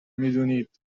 میدونید